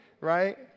right